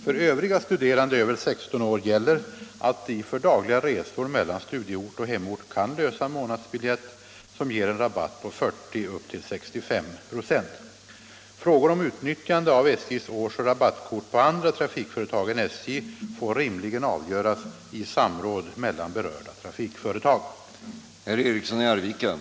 För övriga studerande över 16 år gäller att de för dagliga resor mellan studieort och hemort kan lösa månadsbiljett som ger en rabatt på 40-65 96. än SJ får rimligen avgöras i samråd mellan berörda trafikföretag. Torsdagen den